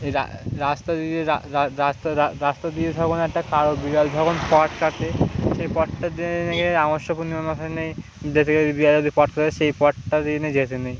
এই রাস্তা দিয়ে রাস্তা রাস্তা দিয়ে ধরুন একটা কারো বির ধরুন পট কাছে সেই পটটা দিয়ে গিয়ে রামর্শপুর নেই যেতে গেলে বিড়াল যদি পট করে সেই পটটা দিয়ে যেতে নেই